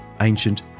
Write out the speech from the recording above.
ancient